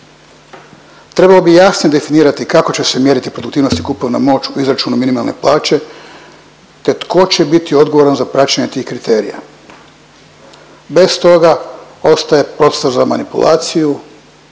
Trebalo bi jasnije definirati kako će se mjeriti produktivnost i kupovna moć u izračunu minimalne plaće te tko će biti odgovoran za praćenje tih kriterija. Bez toga ostaje prostora za manipulaciju